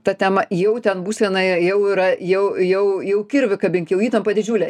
ta tema jau ten būsena jau yra jau jau jau kirvį kabink jau įtampa didžiulė